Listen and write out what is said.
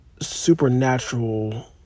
supernatural